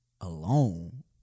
alone